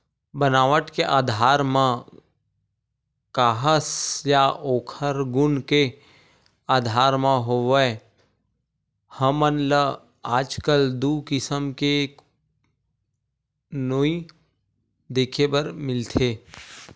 बनावट के आधार म काहस या ओखर गुन के आधार म होवय हमन ल आजकल दू किसम के नोई देखे बर मिलथे